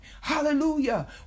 hallelujah